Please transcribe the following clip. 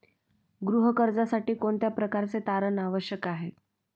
गृह कर्जासाठी कोणत्या प्रकारचे तारण आवश्यक आहे?